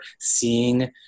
seeing